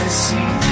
see